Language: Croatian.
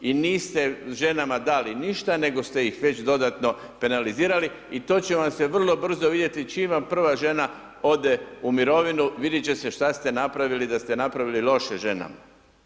I niste ženama dali ništa nego ste ih već dodatno penalizirali i to će vam se vrlo brzo vidjeti čim vam prva žena ode u mirovinu, vidjeti će se šta ste napravili da ste napravili loše ženama.